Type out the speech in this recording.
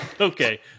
Okay